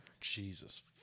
Jesus